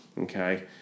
Okay